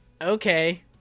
okay